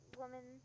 woman